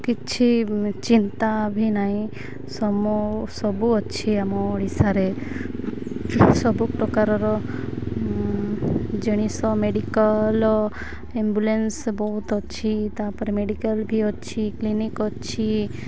କିଛି ଚିନ୍ତା ନାହିଁ ସବୁ ଅଛି ଆମ ଓଡ଼ିଶାରେ ସବୁ ପ୍ରକାରର ଜିନିଷ ମେଡିକାଲ ଏମ୍ବୁଲେନ୍ସ ବହୁତ ଅଛି ତାପରେ ମେଡିକାଲ ବି ଅଛି କ୍ଲିନିକ ଅଛି